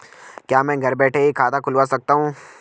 क्या मैं घर बैठे ही खाता खुलवा सकता हूँ?